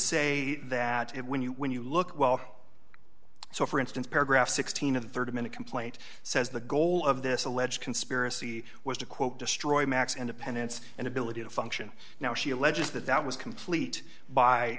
say that when you when you look well so for instance paragraph sixteen of the thirty minute complaint says the goal of this alleged conspiracy was to quote destroy max independence and ability to function now she alleges that that was complete by